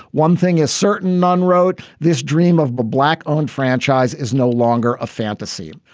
one thing is certain non-remote. this dream of but black owned franchise is no longer a fantasy.